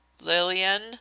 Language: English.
Lillian